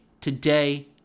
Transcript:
today